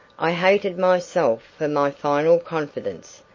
i hated myself for my final confidence,